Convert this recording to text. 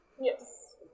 Yes